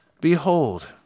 Behold